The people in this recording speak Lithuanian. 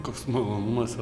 koks malonumas